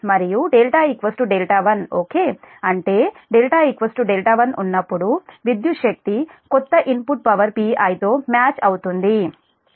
మరియు δ δ1 ఓకే అంటే δ δ1 ఉన్నప్పుడు విద్యుత్ శక్తి కొత్త ఇన్పుట్ పవర్ Pi తో మ్యాచ్ అవుతుంది